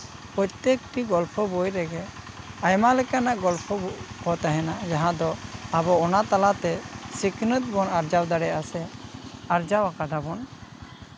ᱯᱨᱚᱛᱮᱠᱴᱤ ᱜᱚᱞᱯᱷᱚ ᱵᱳᱭ ᱨᱮᱜᱮ ᱟᱭᱢᱟ ᱞᱮᱠᱟᱱᱟᱜ ᱜᱚᱞᱯᱷᱚ ᱠᱚ ᱛᱟᱦᱮᱱᱟ ᱡᱟᱦᱟᱸ ᱫᱚ ᱟᱵᱚ ᱚᱱᱟ ᱛᱟᱞᱟᱛᱮ ᱥᱤᱠᱷᱱᱟᱹᱛ ᱵᱚᱱ ᱟᱨᱡᱟᱣ ᱫᱟᱲᱮᱭᱟᱜᱼᱟ ᱥᱮ ᱟᱨᱡᱟᱣ ᱠᱟᱫᱟ ᱵᱚᱱ